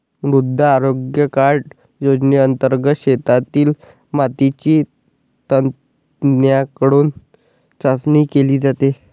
मृदा आरोग्य कार्ड योजनेंतर्गत शेतातील मातीची तज्ज्ञांकडून चाचणी केली जाते